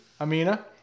Amina